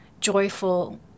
joyful